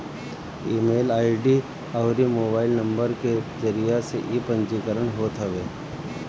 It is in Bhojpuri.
ईमेल आई.डी अउरी मोबाइल नुम्बर के जरिया से इ पंजीकरण होत हवे